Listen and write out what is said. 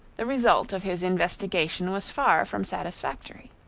the result of his investigation was far from satisfactory.